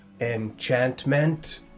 enchantment